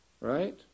right